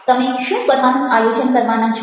તમે શું કરવાનું આયોજન કરવાના છો